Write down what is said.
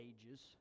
Ages